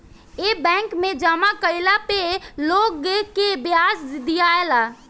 ए bank मे जामा कइला पे लोग के ब्याज दियाला